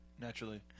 Naturally